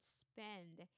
spend